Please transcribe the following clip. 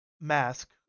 mask